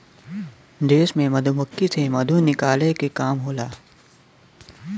देश में मधुमक्खी से मधु निकलला के काम होला